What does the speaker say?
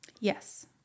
Yes